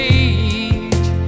age